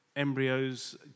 embryos